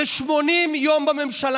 ב-80 יום בממשלה,